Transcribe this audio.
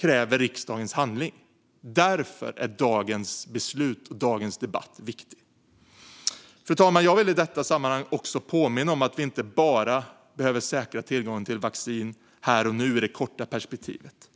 kräver riksdagens handling. Därför är dagens beslut och debatt viktiga. Fru talman! Jag vill i detta sammanhang påminna om att vi inte bara behöver säkra tillgången till vaccin här och nu i det korta perspektivet.